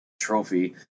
trophy